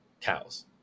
cows